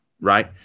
right